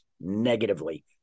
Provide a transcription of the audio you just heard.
negatively